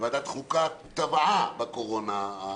ועדת חוקה טבעה בקורונה הזאת.